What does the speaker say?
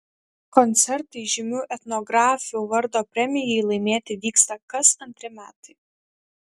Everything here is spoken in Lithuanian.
koncertai žymių etnografių vardo premijai laimėti vyksta kas antri metai